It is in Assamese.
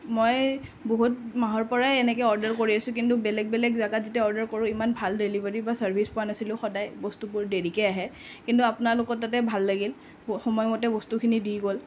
মই বহুত মাহৰ পৰাই এনেকৈ অৰ্ডাৰ কৰি আছোঁ কিন্তু বেলেগ বেলেগ জেগাত যেতিয়া অৰ্ডাৰ কৰোঁ ইমান ভাল ডেলিভাৰী বা চাৰ্ভিছ পোৱা নাছিলোঁ সদায় বস্তুবোৰ দেৰিকৈ আহে কিন্তু আপোনালোকৰ তাতে ভাল লাগিল সময়মতে বস্তুখিনি দি গ'ল